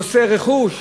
נושא רכוש,